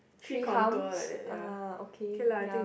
three humps ah okay ya